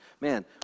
Man